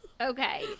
Okay